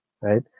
right